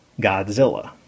Godzilla